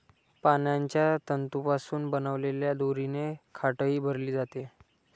पानांच्या तंतूंपासून बनवलेल्या दोरीने खाटही भरली जाते